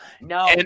No